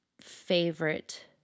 favorite